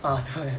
ah